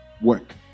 work